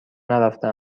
نرفته